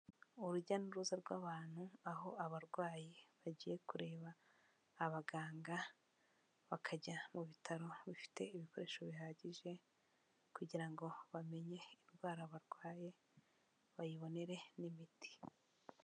Urujya n'uruza rw'abantu aho abarwayi bagiye kureba abaganga, bakajya mu bitaro bifite ibikoresho bihagije, kugira ngo bamenye indwara barwaye bayibonere n'imiti.